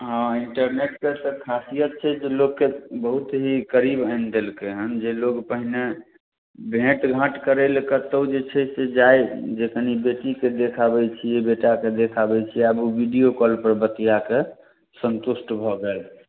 हँ इन्टरनेटके तऽ खासियत छै जे लोकके बहुत ही करीब आनि देलकै हँ जे लोक पहिने भेँटघाँट करै ले कतहु जे छै से जाइ जे कनि बेटीके देखि आबै छिए बेटाके देखि आबै छिए आब वीडिओ कॉलपर बतिआकऽ सन्तुष्ट भऽ गेल